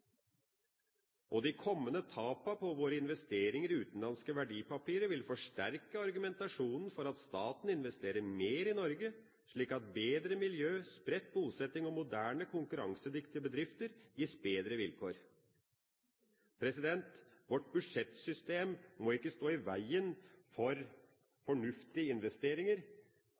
politikken. De kommende tapene på våre investeringer i utenlandske verdipapirer vil forsterke argumentasjonen for at staten investerer mer i Norge, slik at bedre miljø, spredt bosetting og moderne, konkurransedyktige bedrifter gis bedre vilkår. Vårt budsjettsystem må ikke stå i veien for fornuftige investeringer.